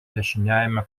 dešiniajame